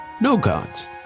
no-gods